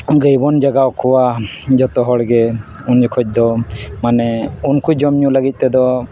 ᱜᱟᱹᱭ ᱵᱚᱱ ᱡᱟᱸᱜᱟᱣ ᱠᱚᱣᱟ ᱡᱚᱛᱚᱦᱚᱲ ᱜᱮ ᱩᱱ ᱡᱚᱠᱷᱚᱱ ᱫᱚ ᱢᱟᱱᱮ ᱩᱱᱠᱩ ᱡᱚᱢᱼᱧᱩ ᱞᱟᱹᱜᱤᱫ ᱛᱮᱫᱚ